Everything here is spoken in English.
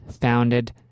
founded